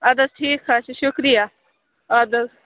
اد حظ ٹھیٖک حظ چھُ شُکریہ اد حظ